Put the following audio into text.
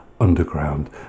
underground